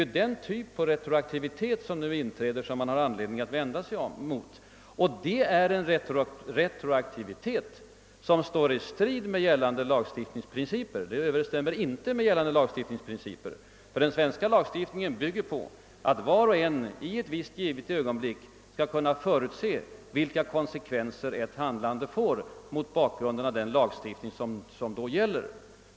Det är den typen av retroaktivitet som man har anledning att vända sig mot; den står i strid mot gällande lagstiftningsprinciper. Den svenska lagstiftningen bygger på att var och en i ett visst givet ögonblick skall kunna förutse vilka konsekvenser ett handlande får mot bakgrunden av den lagstiftning som då gäller.